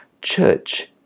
Church